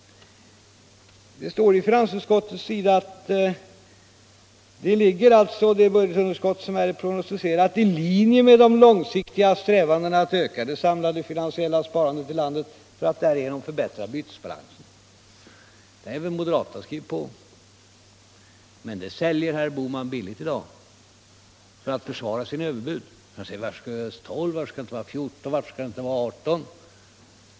Det står i finansutskottets betänkande att det budgetunderskott som är prognostiserat ligger i linje med de långsiktiga strävandena att öka det samlade finansiella sparandet i landet för att därigenom förbättra bytesbalansen. Detta har även moderaterna skrivit på, men det säljer herr Bohman billigt i dag för att försvara sina överbud. Han säger: Varför skall det vara just 12? Varför skall det inte vara 14? Varför skall det inte vara 18?